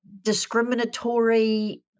discriminatory